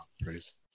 Praise